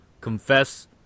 confess